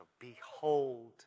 Behold